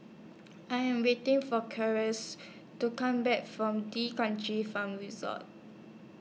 I Am waiting For to Come Back from D'Kranji Farm Resort